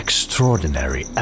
Extraordinary